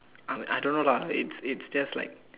I I don't know lah it's it's just like